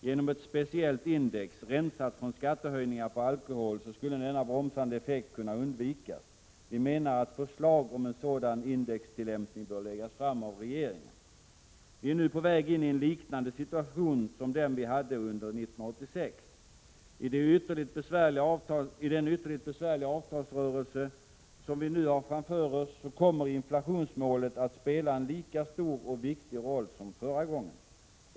Genom ett speciellt index, rensat från skattehöjningar på alkohol, skulle denna bromsande effekt kunna undvikas. Vi menar att förslag om en sådan indextillämpning bör läggas fram av regeringen. Vi är nu på väg in i en situation liknande den vi hade under 1986. I den ytterligt besvärliga avtalsrörelse som vi nu har framför oss kommer inflationsmålet att spela en lika stor och viktig roll som förra gången.